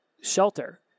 shelter